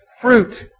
fruit